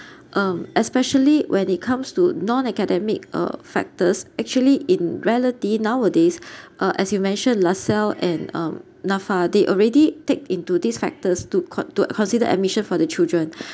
um especially when it comes to non-academic uh factors actually in reality nowadays uh as you mentioned lasalle and um NAFA they already take into these factors to cot~ to consider admission for the children